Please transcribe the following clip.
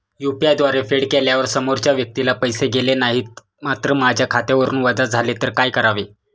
UPI द्वारे फेड केल्यावर समोरच्या व्यक्तीला पैसे गेले नाहीत मात्र माझ्या खात्यावरून वजा झाले तर काय करावे?